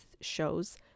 shows